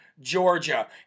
Georgia